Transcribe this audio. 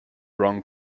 wrong